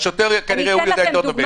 השוטר יודע כנראה יותר טוב.